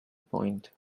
point